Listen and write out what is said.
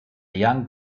young